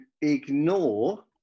ignore